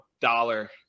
dollar